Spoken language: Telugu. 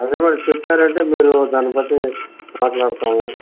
అదే మేడమ్ చెప్పారంటే మీరు దాన్ని బట్టి మాట్లాడతాము